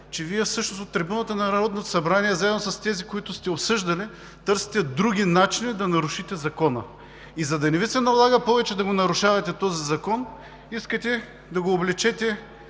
че Вие всъщност от трибуната на Народното събрание, заедно с тези, които сте осъждали, търсите други начини да нарушите закона. И за да не Ви се налага повече да го нарушавате този закон, искате да го облечете